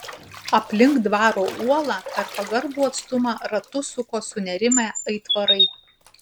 aplink dvaro uolą per pagarbų atstumą ratus suko sunerimę aitvarai